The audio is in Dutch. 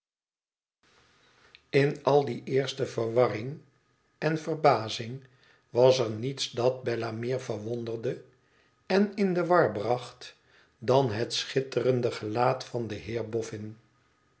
in al die eerste verwarring en verbazing was er niets dat bella meer verwonderde en in de war bracht dan het schitterende gelaat van den